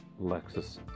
Lexus